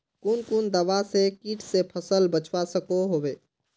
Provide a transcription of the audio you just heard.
कुन कुन दवा से किट से फसल बचवा सकोहो होबे?